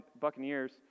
Buccaneers